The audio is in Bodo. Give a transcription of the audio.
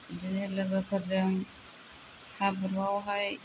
बिदिनो लोगोफोरजों हाब्रुआवहाय